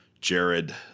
Jared